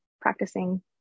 practicing